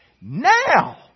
now